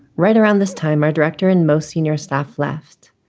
right around this time, our director and most senior staff left,